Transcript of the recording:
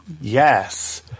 yes